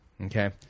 Okay